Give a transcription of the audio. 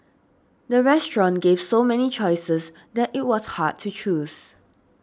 the restaurant gave so many choices that it was hard to choose